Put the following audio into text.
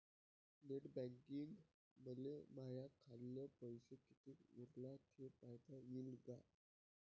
Net बँकिंगनं मले माह्या खाल्ल पैसा कितीक उरला थे पायता यीन काय?